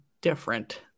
different